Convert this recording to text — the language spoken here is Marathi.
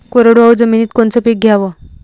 कोरडवाहू जमिनीत कोनचं पीक घ्याव?